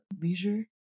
leisure